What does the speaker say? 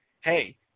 hey